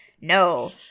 No